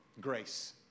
grace